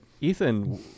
Ethan